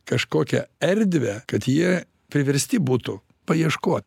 kažkokią erdvę kad jie priversti būtų paieškot